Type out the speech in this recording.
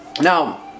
Now